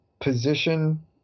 position